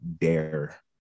dare